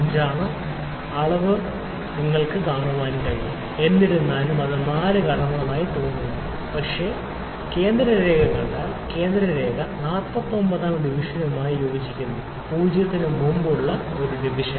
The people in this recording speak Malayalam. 5 ൽ കൂടുതലാണെന്ന് നിങ്ങൾക്ക് കാണാൻ കഴിയും എന്നിരുന്നാലും അത് 4 കടന്നതായി തോന്നുന്നു പക്ഷേ ഞാൻ കേന്ദ്ര രേഖ കണ്ടാൽ കേന്ദ്ര രേഖ 49 ാം ഡിവിഷനുമായി യോജിക്കുന്നു 0 ന് മുമ്പുള്ള ഒരു ഡിവിഷൻ